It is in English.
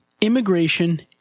immigration